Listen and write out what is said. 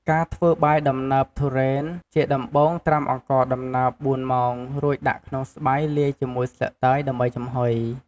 ការធ្វើបាយដំណើបទុរេន ជាដំបូងត្រាំអង្ករដំណើប៤ម៉ោងរួចដាក់ក្នុងស្បៃលាយជាមួយស្លឹកតើយដើម្បីចំហុយ។